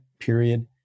period